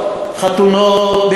חתונות,